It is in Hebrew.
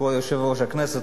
כבוד יושב-ראש הכנסת,